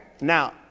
now